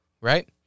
right